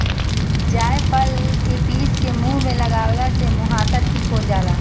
जायफल के पीस के मुह पे लगवला से मुहासा ठीक हो जाला